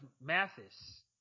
mathis